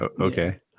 okay